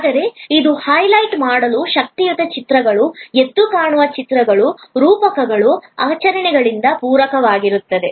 ಆದರೆ ಇದು ಹೈಲೈಟ್ ಮಾಡಲು ಶಕ್ತಿಯುತ ಚಿತ್ರಗಳು ಎದ್ದುಕಾಣುವ ಚಿತ್ರಗಳು ರೂಪಕಗಳು ಆಚರಣೆಗಳಿಂದ ಪೂರಕವಾಗಿರುತ್ತದೆ